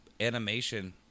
animation